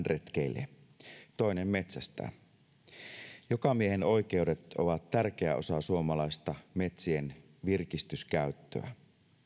retkeilee toinen metsästää jokamiehenoikeudet ovat tärkeä osa suomalaista metsien virkistyskäyttöä